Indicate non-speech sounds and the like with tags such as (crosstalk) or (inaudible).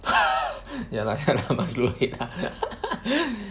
(laughs) ya lah ya lah must look ahead lah (laughs)